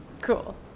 Cool